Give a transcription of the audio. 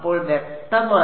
അപ്പോൾ വ്യക്തമായി